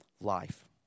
life